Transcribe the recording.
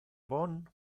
bon